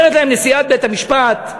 אומרת להם נשיאת בית-המשפט,